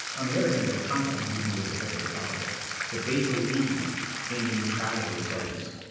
on the other hand, they're constantly beating you over the head with their politics, that they believe in the neutrality of whiteness.